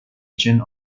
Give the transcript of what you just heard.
agent